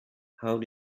how